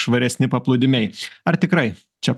švaresni paplūdimiai ar tikrai čia